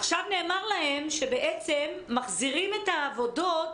עכשיו נאמר להן שבעצם מחזירים את העבודות